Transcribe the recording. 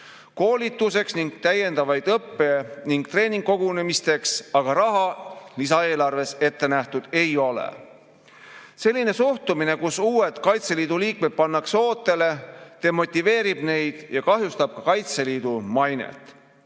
Koolituseks ning täiendavateks õppe‑ ja treeningkogunemisteks aga raha lisaeelarves ette nähtud ei ole. Selline suhtumine, kus uued Kaitseliidu liikmed pannakse ootele, demotiveerib neid ja kahjustab Kaitseliidu mainet.